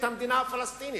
את המדינה הפלסטינית.